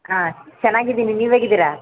ಹಾಂ ಚೆನ್ನಾಗಿದ್ದೀನಿ ನೀವೇಗಿದ್ದೀರಾ